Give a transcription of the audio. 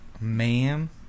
Ma'am